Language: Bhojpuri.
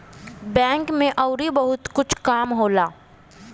बैंक में अउरो बहुते कुछ काम होला